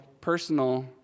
personal